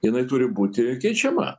jinai turi būti keičiama